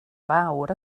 fawr